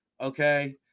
okay